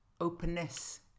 openness